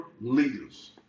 leaders